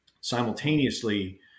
simultaneously